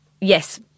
yes